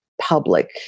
public